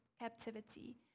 captivity